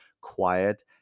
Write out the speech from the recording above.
quiet